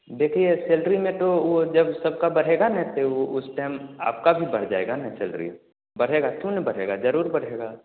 देखिए सैलरी में तो वह जब सब का बढ़ेगा ना तो वह उस टाइम आपका भी बढ़ जाएगा ना सैलरी बढ़ेगा क्यों नहीं बढ़ेगा ज़रूर बढ़ेगा